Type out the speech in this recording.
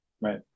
Right